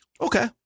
Okay